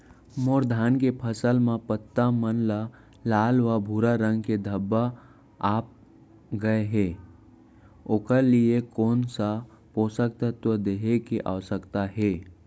मोर धान के फसल म पत्ता मन म लाल व भूरा रंग के धब्बा आप गए हे ओखर लिए कोन स पोसक तत्व देहे के आवश्यकता हे?